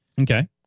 Okay